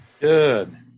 Good